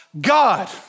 God